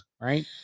right